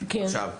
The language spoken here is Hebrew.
עכשיו,